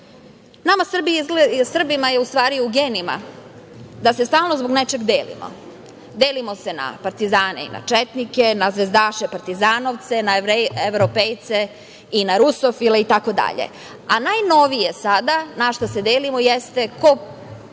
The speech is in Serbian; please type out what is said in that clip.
Srbima je, u stvari, u genima da se stalno zbog nečega delimo. Delimo se na partizane i na četnike, na zvezdaše i partizanovce, na evropejce i na rusofile, itd, a najnovije sada na šta se delimo jeste ko je